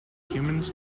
humans